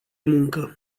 muncă